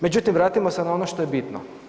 Međutim, vratimo se na ono što je bitno.